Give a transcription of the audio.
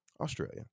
Australia